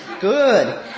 Good